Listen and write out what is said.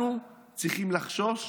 אנחנו צריכים לחשוש?